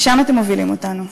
לשם אתם מובילים אותנו.